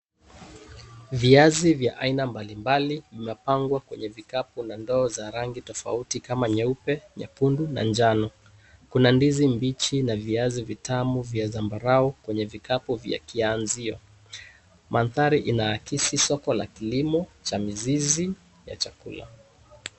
Viazi vya aina mbali mbali vimepangwa kwenye vikapu na ndoo za rangi tofauti kama nyeupe, nyekundu na njano. Kuna ndizi mbichi na viazi vitamu, vya dhambarau kwenye vikapu vya kianzio. Mandhari yanaikisi soko la kilimo cha mizizi ya chakula.